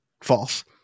false